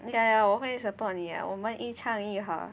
ya ya 我会 support 你我们一唱一和